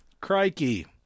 Crikey